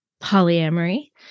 polyamory